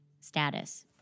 status